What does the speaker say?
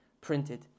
printed